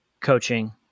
coaching